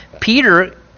Peter